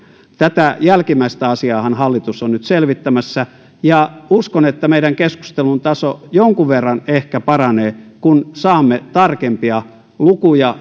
tätä jälkimmäistä asiaahan hallitus on nyt selvittämässä ja uskon että meidän keskustelumme taso jonkin verran ehkä paranee kun saamme tarkempia lukuja